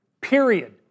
Period